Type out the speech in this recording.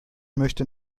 möchte